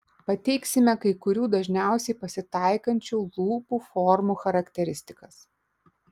pateiksime kai kurių dažniausiai pasitaikančių lūpų formų charakteristikas